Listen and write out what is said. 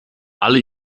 alle